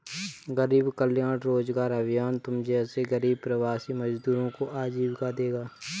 गरीब कल्याण रोजगार अभियान तुम जैसे गरीब प्रवासी मजदूरों को आजीविका देगा